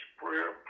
prayer